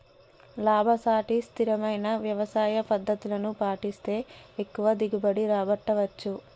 లాభసాటి స్థిరమైన వ్యవసాయ పద్దతులను పాటిస్తే ఎక్కువ దిగుబడి రాబట్టవచ్చు